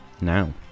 Now